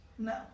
No